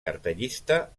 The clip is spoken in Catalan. cartellista